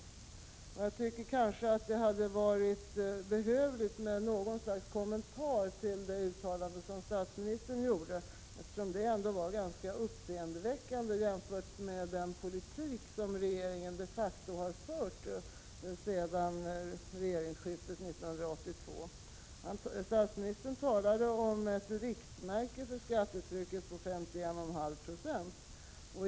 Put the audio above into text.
Jag tycker det hade varit behövligt med något slags kommentar till det uttalande som statsministern gjorde, eftersom det ändå var ganska uppseendeväckande med tanke på den politik som regeringen de facto fört sedan regeringsskiftet 1982. Statsministern talade om ett riktmärke för skattetrycket på 51,5 96.